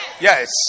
Yes